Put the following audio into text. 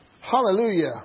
Hallelujah